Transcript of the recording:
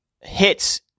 hits